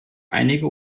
einige